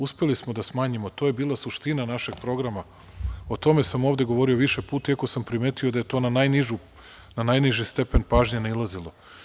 Uspeli smo da smanjimo, to je bila suština našeg programa i o tome sam ovde govorio više puta, iako sam primetio da je to na najniži stepen pažnje nailazilo.